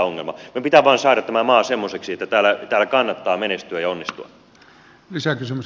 meidän pitää vain saada tämä maa semmoiseksi että täällä kannattaa menestyä ja onnistua